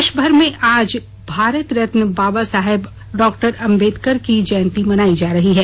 देशभर में आज भारत रत्न बाबा साहेब डॉक्टर आम्बेडकर की जयंती मनाई जा रही है